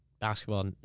basketball